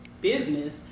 business